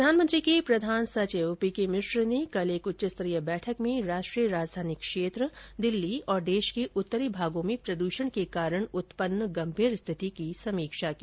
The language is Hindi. प्रधानमंत्री के प्रधान सचिव पी के मिश्र ने कल एक उच्च स्तरीय बैठक में राष्ट्रीय राजधानी क्षेत्र दिल्ली और देश के उत्तरी भागों में प्रदषण के कारण उत्पन्न गंभीर स्थिति की समीक्षा की